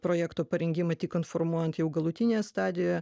projekto parengimą tik informuojant jau galutinėje stadijoje